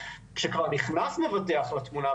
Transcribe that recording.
כשכבר נכנס מבטח לתמונה,